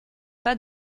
pas